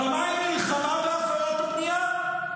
אבל מה עם המלחמה בהפרות בנייה?